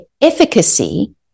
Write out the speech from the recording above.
efficacy